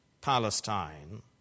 Palestine